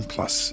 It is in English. Plus